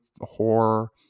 horror